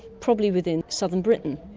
probably within southern britain.